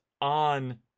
on